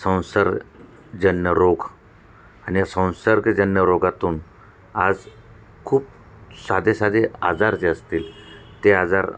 संसर्जन्न रोग आणि या संसर्गजन्य रोगातून आज खूप साधे साधे आजार जे असतील ते आजार